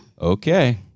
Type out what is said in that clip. Okay